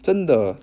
真的